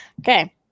Okay